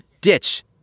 Ditch